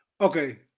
Okay